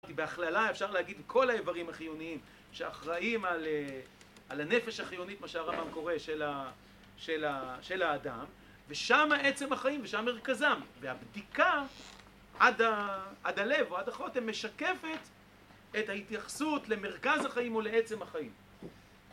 בהכללה, אפשר להגיד, כל האיברים החיוניים שאחראים על הנפש החיונית, מה שהרמב״ם קורא, של האדם, ושם עצם החיים ושם מרכזם. והבדיקה עד הלב או עד החוטם משקפת את ההתייחסות למרכז החיים או לעצם החיים.